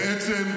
בעצם,